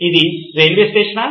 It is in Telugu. ఇది రైల్వే స్టేషన్నా